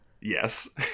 Yes